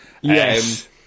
Yes